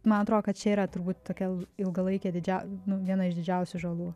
man atrodo kad čia yra turbūt tokia ilgalaikė didžia nu viena iš didžiausių žalų